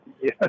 yes